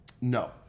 No